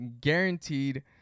guaranteed